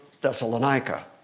Thessalonica